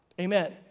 Amen